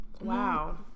Wow